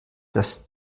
dass